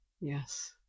Yes